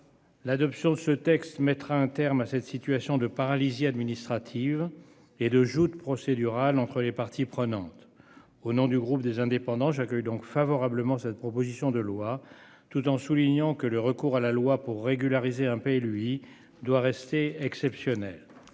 L'adoption de ce texte mettra un terme à cette situation de paralysie administrative. Et de joute procédurale entre les parties prenantes au nom du groupe des Indépendants j'accueille donc favorablement cette proposition de loi, tout en soulignant que le recours à la loi pour régulariser un pays lui doit rester exceptionnel.